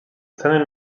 ceny